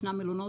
ישנם מלונות,